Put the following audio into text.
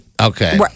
Okay